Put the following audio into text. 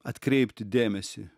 atkreipti dėmesį